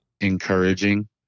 encouraging